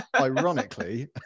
ironically